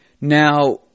Now